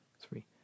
three